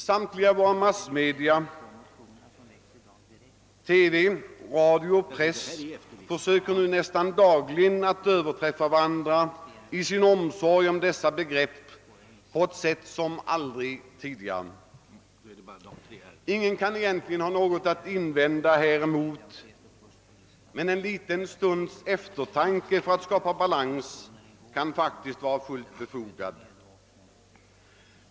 Samtliga våra massmedia — TV, radio och press — försöker nästan dagligen överträffa varandra i sin omsorg om dessa begrepp på ett sätt som aldrig tidigare. Ingen kan egentligen ha något att invända däremot, men en liten stunds eftertanke för att skapa balans kan faktiskt vara fullt befogad.